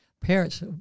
Parents